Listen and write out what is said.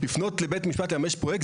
לפנות לבית משפט לממש פרויקט,